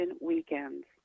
weekends